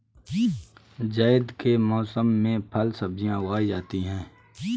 ज़ैद के मौसम में फल सब्ज़ियाँ उगाई जाती हैं